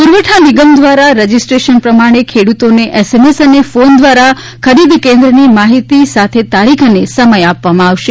પુરવઠા નિગમ દ્વારા રજિસ્ટ્રેશન પ્રમાણે ખેડૂતોને એસએમએસ અને ફોન દ્વારા ખરીદ કેન્દ્રની માહિતી સાથે તારીખ અને સમય આપવામાં આવશે